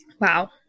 Wow